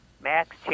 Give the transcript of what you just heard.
Max